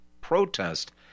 protest